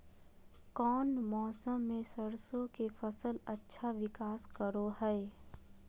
कौन मौसम मैं सरसों के फसल अच्छा विकास करो हय?